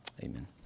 Amen